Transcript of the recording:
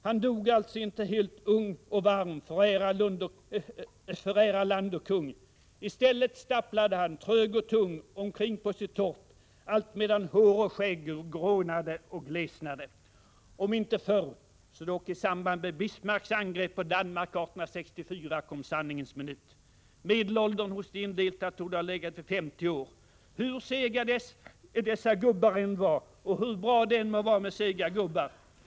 Han dog alltså inte ”helt varm och ung” ”för ära, land och kung”. I stället stapplade han ”trög och tung” omkring på sitt torp allt medan hår och skägg grånade och glesnade. Om inte förr så dock i samband med Bismarcks angrepp på Danmark 1864 kom sanningens minut. Medelåldern hos de indelta torde ha legat vid 50 år. Hur sega dessa gubbar än var och hur bra det än må vara med sega gubbar.